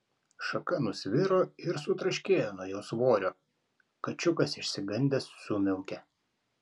šaka nusviro ir sutraškėjo nuo jo svorio kačiukas išsigandęs sumiaukė